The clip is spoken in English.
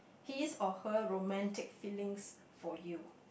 his or her romantic feeling for you